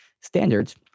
standards